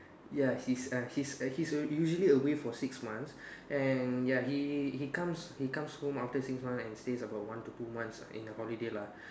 ya he's a he's a he's a usually away for six months and ya he he comes he comes home after six months and stays about one to two months in a holiday lah